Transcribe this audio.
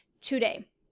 today